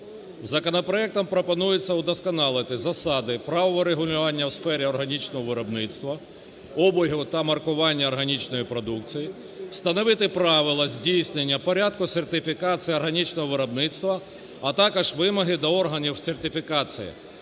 Законопроектом пропонується удосконалити засади правового регулювання у сфері органічного виробництва, обігу та маркування органічної продукції; встановити правила здійснення порядку сертифікації органічного виробництва, а також вимоги до органів сертифікації.